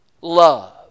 love